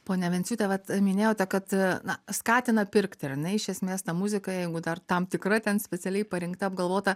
ponia venciūte vat minėjote kad na skatina pirkti ar ne iš esmės ta muzika jeigu dar tam tikra ten specialiai parinkta apgalvota